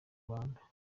rwanda